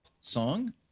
song